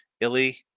Illy